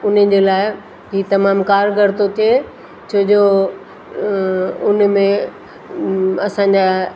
उन जे लाइ हे तमामु कारगरु थो थिए छोजो उन में असांजा